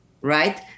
right